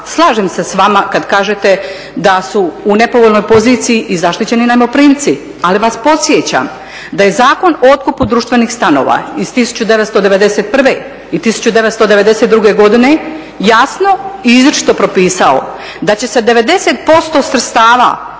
slažem se s vama kad kažete da su u nepovoljnoj poziciji i zaštićeni najmoprimci. Ali vas podsjećam da je Zakon o otkupu društvenih stanova iz 1991. i 1992. godine jasno i izričito propisao da će se 90% sredstava